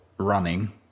Running